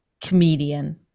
comedian